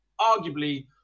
arguably